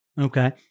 Okay